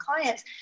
clients